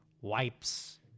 wipes